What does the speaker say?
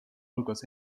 algas